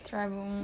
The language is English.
travel